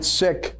sick